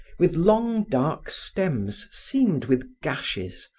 with long dark stems seamed with gashes,